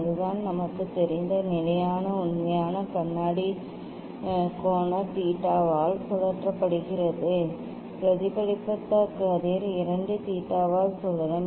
அதுதான் நமக்குத் தெரிந்த நிலையான உண்மை கண்ணாடி கோண தீட்டாவால் சுழற்றப்பட்டால் பிரதிபலித்த கதிர் 2 தீட்டாவால் சுழலும்